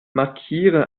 markiere